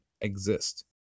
exist